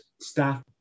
Staff